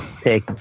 Take